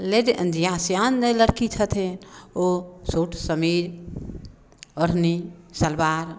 ले जे जिया सियान जे लड़की छथिन ओ सूट समीज ओढ़नी सलवार